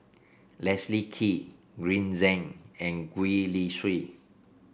Leslie Kee Green Zeng and Gwee Li Sui